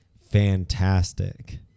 fantastic